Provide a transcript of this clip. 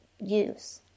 use